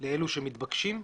לאלו שמתבקשים,